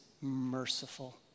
merciful